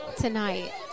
tonight